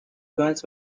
guns